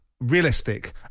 realistic